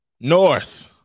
North